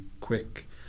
quick